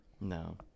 No